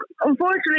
unfortunately